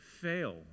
fail